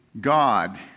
God